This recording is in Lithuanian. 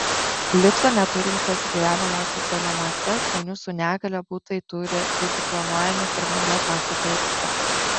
lifto neturinčiuose gyvenamuosiuose namuose žmonių su negalia butai turi būti planuojami pirmame pastato aukšte